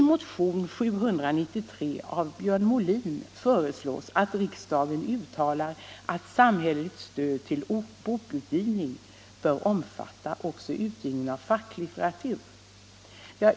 I motionen 793 av Björn Molin föreslås att riksdagen uttalar att samhälleligt stöd till bokutgivning bör omfatta också utgivningen av facklitteratur.